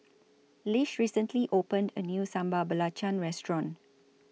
Lish recently opened A New Sambal Belacan Restaurant